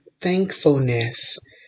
thankfulness